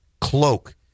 cloak